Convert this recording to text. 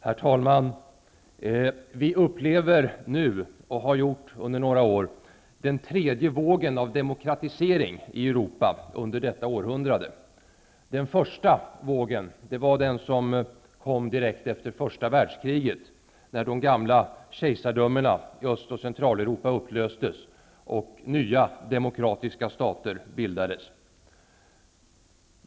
Herr talman! Vi upplever nu, och har gjort det under några år, den tredje vågen av demokratisering i Europa under detta århundrade. Den första vågen kom direkt efter första världskriget, när de gamla kejsardömena i Öst och Centraleuropa upplöstes och nya, demokratiska stater bildades.